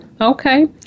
Okay